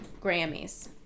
Grammys